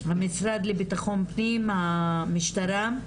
המשרד לביטחון פנים, המשטרה,